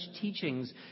teachings